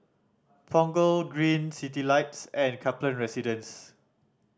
Punggol Green Citylights and Kaplan Residence